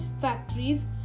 factories